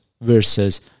versus